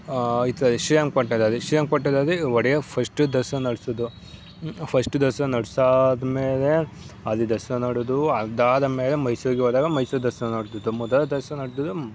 ಈ ಥರ ಶ್ರೀರಂಗಪಟ್ಣದಲ್ಲಿ ಶ್ರೀರಂಗಪಟ್ಣದಲ್ಲಿ ಒಡೆಯರ್ ಫಶ್ಟು ದಸರಾ ನಡೆಸಿದ್ದು ಫಶ್ಟ್ ದಸರಾ ನಡೆಸಾದ್ಮೇಲೆ ಅಲ್ಲಿ ದಸರಾ ನೋಡೋದು ಅದಾದ ಮೇಲೆ ಮೈಸೂರಿಗೆ ಹೋದಾಗ ಮೈಸೂರು ದಸರಾ ನಡೆದಿದ್ದು ಮೊದಲ ದಸರಾ ನಡೆದಿದ್ದು